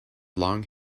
long